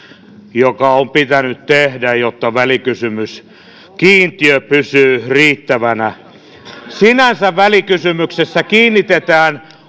joka on pitänyt tehdä jotta välikysymyskiintiö pysyy riittävänä sinänsä välikysymyksessä kiinnitetään